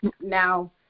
now